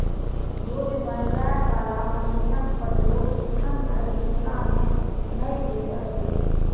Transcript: बोझ बनबय बला मशीनक प्रयोग एखन धरि मिथिला मे नै होइत अछि